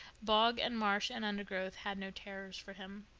bog and marsh and undergrowth had no terrors for him.